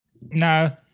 No